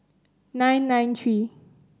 nine nine three